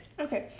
Okay